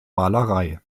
malerei